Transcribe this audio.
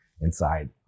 Inside